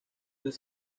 los